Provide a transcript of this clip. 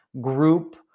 group